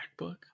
MacBook